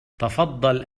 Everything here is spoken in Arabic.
تفضّل